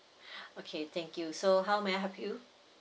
okay thank you so how may I help you